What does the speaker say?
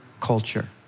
culture